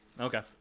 Okay